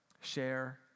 share